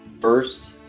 first